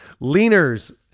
Leaners